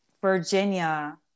Virginia